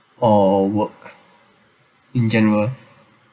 or work in general